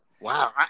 Wow